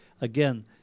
again